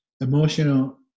emotional